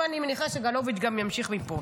אבל אני מניחה שסגלוביץ' גם ימשיך מפה.